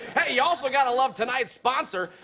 you also gotta love tonight's sponsor,